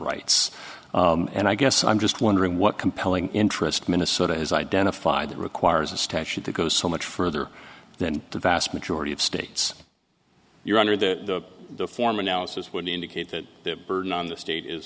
rights and i guess i'm just wondering what compelling interest minnesota has identified that requires a statute that goes so much further than the vast majority of states you're under the former analysis would indicate that the burden on the state is